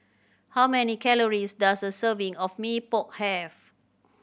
how many calories does a serving of Mee Pok have